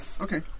Okay